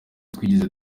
twigeze